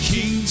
King